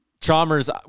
Chalmers